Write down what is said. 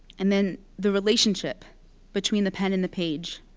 and then the relationship between the pen and the page,